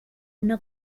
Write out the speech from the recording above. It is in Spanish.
una